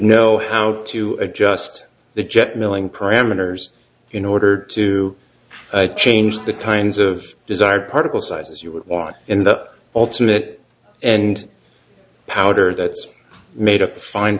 know how to adjust the jet milling parameters in order to change the kinds of desired particle sizes you would watch in the alternate and powder that made a fine